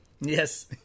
Yes